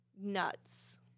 nuts